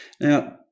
Now